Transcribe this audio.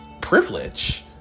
privilege